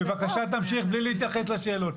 בבקשה, תמשיך בלי להתייחס לשאלות.